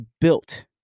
built